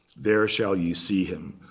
there shall you see him.